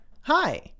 hi